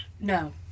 No